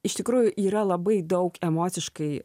iš tikrųjų yra labai daug emociškai